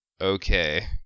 okay